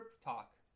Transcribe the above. talk